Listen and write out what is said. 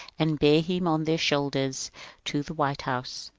and bear him on their shoulders to the white house.